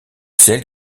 celle